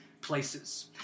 places